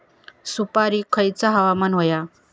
सुपरिक खयचा हवामान होया?